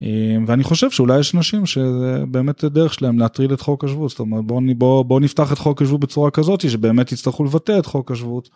ואני חושב שאולי יש נשים שזה באמת הדרך שלהן להטריל את חוק השבות, זאת אומרת בואו נפתח את חוק השבות בצורה כזאת שבאמת יצטרכו לבטא את חוק השבות.